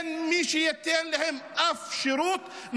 אין מי שייתן להם אף שירות,